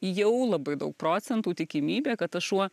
jau labai daug procentų tikimybė kad tas šuo